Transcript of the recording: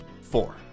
four